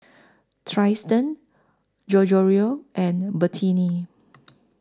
Triston and Bertina